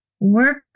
work